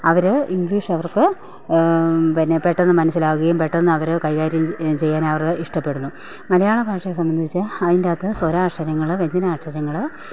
അവർ English അവർക്ക് പിന്നെ പെട്ടെന്ന് മനസ്സിലാകുകയും പെട്ടെന്നവർ കൈകാര്യം ചെയ്യാനവർ ഇഷ്ടപ്പെടുന്നു മലയാളഭാഷയെ സംബന്ധിച്ച് അതിന്റകത്ത് സ്വരാക്ഷരങ്ങൾ വ്യഞ്ജനാക്ഷരങ്ങൾ